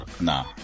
Nah